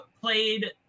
played